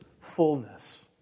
fullness